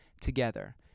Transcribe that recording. together